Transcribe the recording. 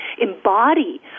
embody